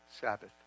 Sabbath